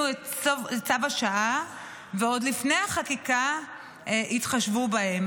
את צו השעה ועוד לפני החקיקה התחשבו בהם.